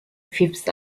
fifth